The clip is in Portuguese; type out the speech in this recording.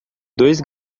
dois